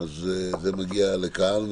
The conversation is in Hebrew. זה מגיע לכאן.